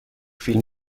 فیلم